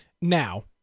Now